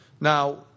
Now